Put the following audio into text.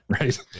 right